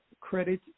credit